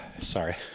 Sorry